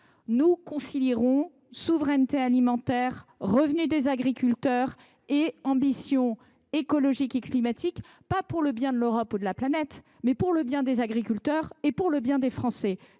nous concilierons souveraineté alimentaire, défense du revenu des agriculteurs et ambitions écologiques et climatiques, non pour le bien de l’Europe ou de la planète, mais pour le bien des agriculteurs et des Français